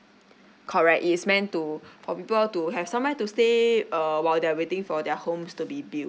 correct is meant to for people to have some where to stay uh while they're waiting for their homes to be built